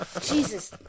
Jesus